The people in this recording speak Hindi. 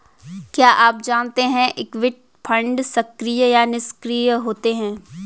क्या आप जानते है इक्विटी फंड्स सक्रिय या निष्क्रिय होते हैं?